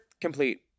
complete